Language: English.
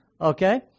Okay